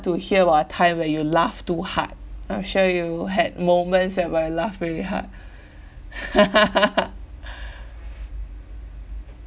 to hear about a time where you laughed too hard I'm sure you had moments that where you laugh really hard